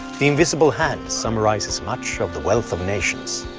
the invisible hand summarizes much of the wealth of nations.